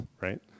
Right